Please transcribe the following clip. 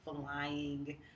flying